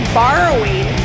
borrowing